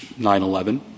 9-11